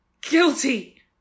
guilty